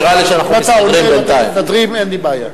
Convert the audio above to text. נראה לי שאנחנו מסתדרים בינתיים.